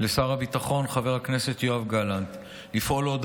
לשר הביטחון חבר הכנסת יואב גלנט לפעול עוד